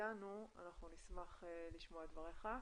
אנחנו נשמח לשמוע את דבריך.